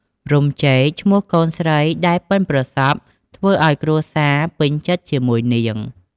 រំចេក ឈ្មោះកូនស្រីដែលពិនប្រសប់ធ្វើអោយគ្រួសារពេញចិត្តជាមួយនាង។